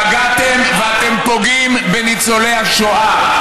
פגעתם, ואתם פוגעים, בניצולי השואה.